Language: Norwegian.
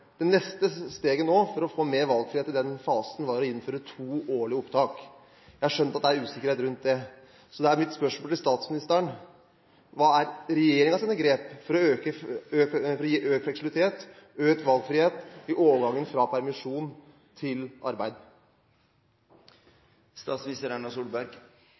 Det neste steget nå – for å få mer valgfrihet i den fasen – var å innføre to årlige opptak. Jeg har skjønt at det er usikkerhet rundt det, så da er mitt spørsmål til statsministeren: Hva er regjeringens grep for å gi økt fleksibilitet og økt valgfrihet i overgangen fra permisjon til arbeid?